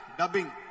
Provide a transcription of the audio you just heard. dubbing